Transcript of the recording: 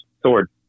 sword